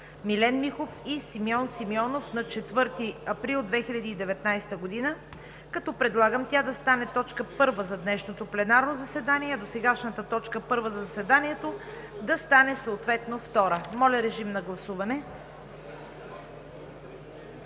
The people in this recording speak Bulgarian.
Милен Михов и Симеон Симеонов на 4 април 2019 г., като предлагам тя да стане точка първа за днешното пленарно заседание, а досегашната точка първа да стане съответно втора. Моля, режим на гласуване.